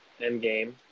Endgame